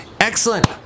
Excellent